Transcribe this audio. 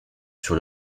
sur